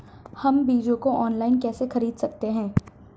हम बीजों को ऑनलाइन कैसे खरीद सकते हैं?